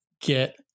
Get